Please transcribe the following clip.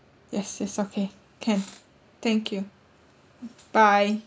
yes yes okay can thank you bye